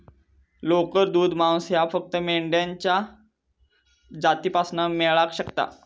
लोकर, दूध, मांस ह्या फक्त मेंढ्यांच्या जातीपासना मेळाक शकता